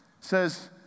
Says